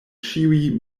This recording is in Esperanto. ĉiuj